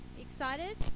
Excited